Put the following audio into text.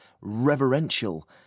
reverential